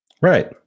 Right